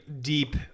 deep